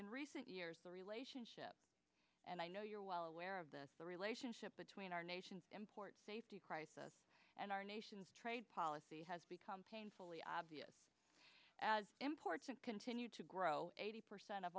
in recent years the relationship and i know you're well aware of this the relationship between our nation's safety crisis and our nation's trade policy has become painfully obvious as important continue to grow eighty percent of